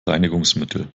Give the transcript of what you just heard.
reinigungsmittel